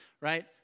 right